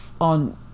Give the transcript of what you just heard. on